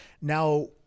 Now